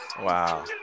Wow